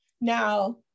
Now